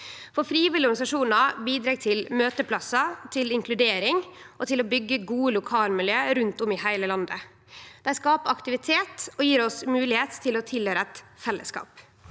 Frivillige organisasjonar bidreg til møteplassar, til inkludering og til å byggje gode lokalmiljø rundt om i heile landet. Dei skapar aktivitet og gjev oss moglegheit til å høyre til eit fellesskap.